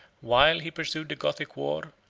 while he pursued the gothic war,